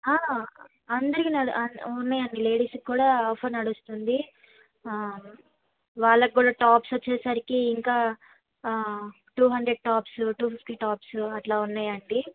అందరివి ఉన్నాయండి లేడీసు కూడా ఆఫర్ నడుస్తుంది వాళ్ళకి కూడా టాప్స్ వచ్చేసరికి ఇంకా two hundred tops two fifty tops అట్లా ఉన్నాయి ఆంటీ